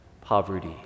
poverty